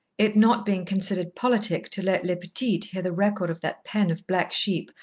it not being considered politic to let les petites hear the record of that pen of black sheep,